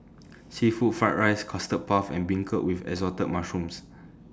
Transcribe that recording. Seafood Fried Rice Custard Puff and Beancurd with Assorted Mushrooms